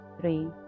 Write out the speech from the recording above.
three